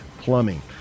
Plumbing